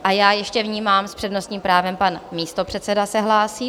A já ještě vnímám, s přednostním právem pan místopředseda se hlásí.